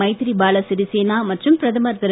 மைத்ரிபால சிறிசேனா மற்றும் பிரதமர் திரு